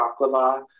baklava